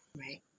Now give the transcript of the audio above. Right